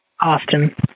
Austin